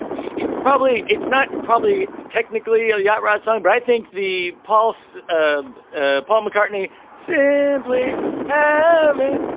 yeah it's probably it's not probably technically a yacht rock song, but i think the pulse. um ah paul mccartney simply have um and